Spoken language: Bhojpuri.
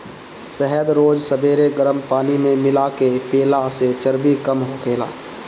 शहद रोज सबेरे गरम पानी में मिला के पियला से चर्बी कम होखेला